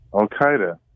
Al-Qaeda